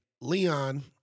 Leon